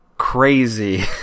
crazy